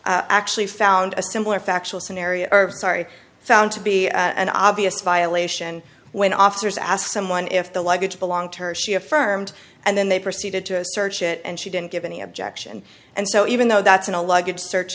actually found a similar factual scenario sorry found to be an obvious violation when officers asked someone if the luggage belonged to her she affirmed and then they proceeded to search it and she didn't give any objection and so even though that's in a luggage search